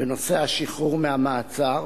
בנושא השחרור מהמעצר,